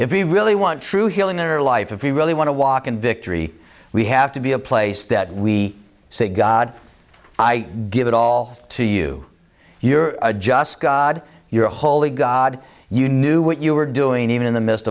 we really want true healing their life if we really want to walk in victory we have to be a place that we say god i give it all to you you're a just god you're a holy god you knew what you were doing even in the midst